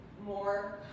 more